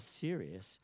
serious